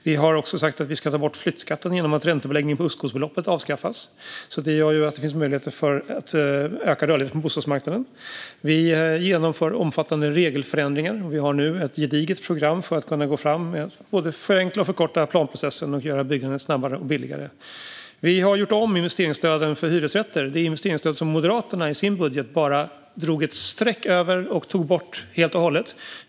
Vi har också sagt att vi ska ta bort flyttskatten genom att räntebeläggningen på uppskovsbeloppet ska avskaffas. Det kan öka rörligheten på bostadsmarknaden. Vi genomför omfattande regelförändringar. Vi har nu ett gediget program för att kunna gå fram med att både förenkla och förkorta planprocessen och göra byggandet snabbare och billigare. Vi har gjort om investeringsstöden för hyresrätter. Det är det investeringsstöd som Moderaterna i sin budget bara drog ett streck över och tog bort helt och hållet.